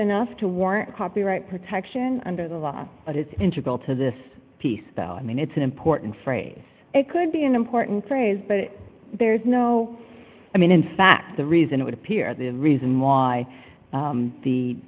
enough to warrant copyright protection under the law but it's interval to this piece though i mean it's an important phrase it could be an important phrase but there's no i mean in fact the reason it appears the reason why